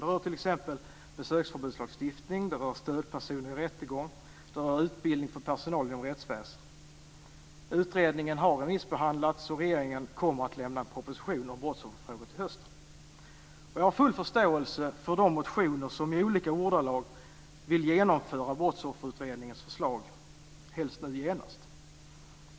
Det rör t.ex. besöksförbudslagstiftning, stödpersoner i rättegång och utbildning för personal inom rättsväsendet. Utredningen har remissbehandlats, och regeringen kommer att lämna en proposition om brottsofferfrågor till hösten. Jag har full förståelse för de motioner som i olika ordalag vill genomföra Brottsofferutredningens förslag, helst nu genast.